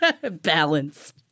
Balance